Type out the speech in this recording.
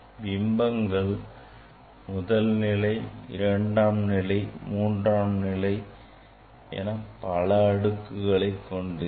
பிம்பங்கள் முதல் நிலை இரண்டாம் நிலை மூன்றாம் நிலை நான்காம் நிலை என பல அடுக்குகளைக் கொண்டிருக்கும்